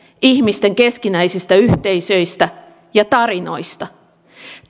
ihmisten keskinäisistä yhteisöistä ja tarinoista